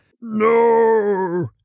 no